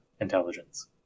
intelligence